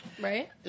right